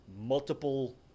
multiple